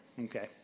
okay